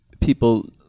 people